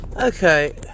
Okay